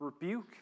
Rebuke